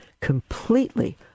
completely